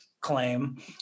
claim